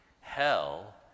Hell